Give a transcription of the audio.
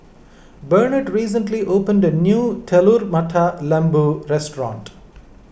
Bernard recently opened a new Telur Mata Lembu restaurant